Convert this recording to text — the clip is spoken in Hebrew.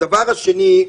הדבר השני,